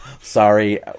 Sorry